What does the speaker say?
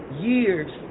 years